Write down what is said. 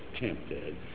tempted